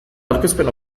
aurkezpen